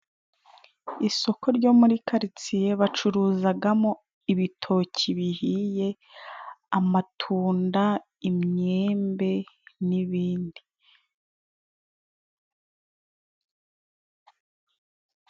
Isoko ryo muri karitsiye bacuruzagamo ibitoki bihiye, amatunda, imyembe, n'ibindi.